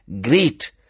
great